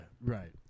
right